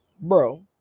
bro